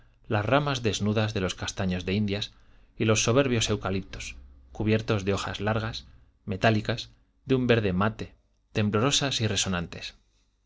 las ramas desnudas de los castaños de indias y los soberbios eucaliptos cubiertos de hojas largas metálicas de un verde mate temblorosas y resonantes